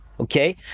Okay